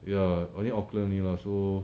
ya only auckland 而已啦 so